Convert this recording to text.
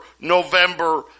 November